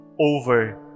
over